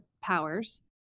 powers